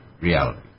reality